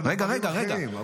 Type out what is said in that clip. אבל בקורס קצינים.